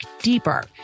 deeper